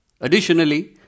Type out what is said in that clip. Additionally